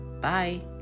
bye